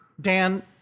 Dan